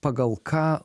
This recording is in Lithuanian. pagal ką